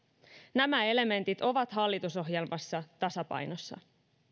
nämä elementit ovat hallitusohjelmassa tasapainossa